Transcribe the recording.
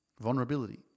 Vulnerability